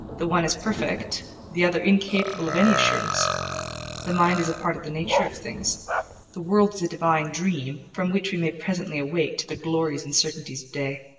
the one is perfect the other, incapable of any assurance the mind is a part of the nature of things the world is a divine dream, from which we may presently awake to the glories and certainties of day.